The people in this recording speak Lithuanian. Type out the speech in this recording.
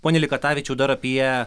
pone likatavičiau dar apie